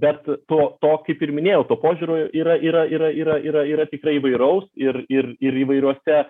bet to to kaip ir minėjau to požiūrio yra yra yra yra yra yra tikrai įvairaus ir ir ir įvairiuose